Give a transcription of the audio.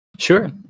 Sure